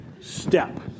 step